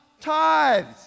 Tithes